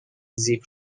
زیپ